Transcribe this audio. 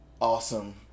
Awesome